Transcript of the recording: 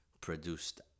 produced